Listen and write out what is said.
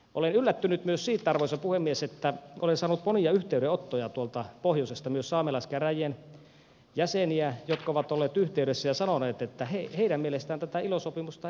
olen yllättänyt myös siitä arvoisa puhemies että olen saanut monia yhteydenottoja tuolta pohjoisesta myös saamelaiskäräjien jäseniltä jotka ovat olleet yhteydessä ja sanoneet että heidän mielestään tätä ilo sopimusta ei ollenkaan tarvita